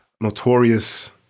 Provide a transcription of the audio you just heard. notorious